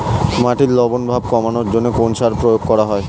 মাটির লবণ ভাব কমানোর জন্য কোন সার প্রয়োগ করা হয়?